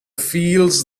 fields